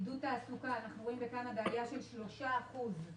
אנחנו רואים בעולם עלייה של שלושה אחוזים